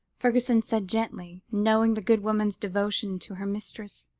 fergusson said gently, knowing the good woman's devotion to her mistress,